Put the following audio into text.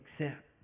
accept